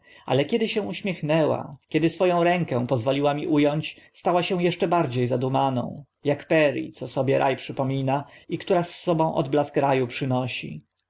ale kiedy się uśmiechnęła kiedy swo ą rękę pozwoliła mi u ąć stała się eszcze bardzie zadumaną ak peri co sobie ra przypomina i która z sobą odblask ra u przynosi